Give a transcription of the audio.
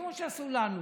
כמו שעשו לנו.